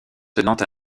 tenant